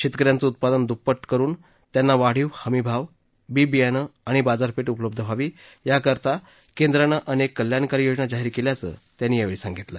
शेतकऱ्यांचं उत्पादन दुप्पट करून त्यांना वाढीव हमी भाव बी बियाणं आणि बाजारपेठ उपलब्ध व्हावी याकरता केंद्रानं अनेक कल्याणकारी योजना जाहीर केल्याचं त्यांनी यावेळी सांगितलं